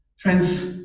friends